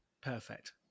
Perfect